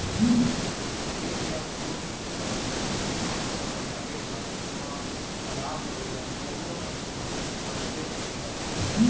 bank या कोनो भी बित्तीय संस्था म जाबे त उहां सलाह देवइया कोनो न कोनो मनसे होबे करथे